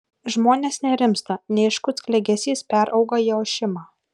žmonės nerimsta neaiškus klegesys perauga į ošimą